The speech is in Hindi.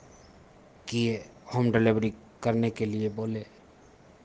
किए होम डिलिवरी करने के लिए बोले